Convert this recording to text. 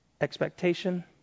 expectation